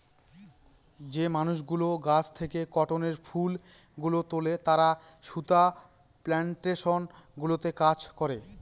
যে মানুষগুলো গাছ থেকে কটনের ফুল গুলো তুলে তারা সুতা প্লানটেশন গুলোতে কাজ করে